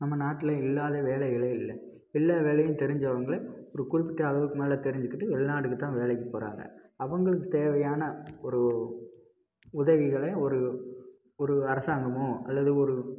நம்ம நாட்டில் இல்லாத வேலைகளே இல்லை எல்லா வேலையும் தெரிஞ்சவங்களை ஒரு குறிப்பிட்ட அளவுக்கு மேல் தெரிஞ்சுக்கிட்டு வெளிநாடுக்கு தான் வேலைக்கு போகிறாங்க அவங்களுக்கு தேவையான ஒரு உதவிகளை ஒரு ஒரு அரசாங்கமோ அல்லது ஒரு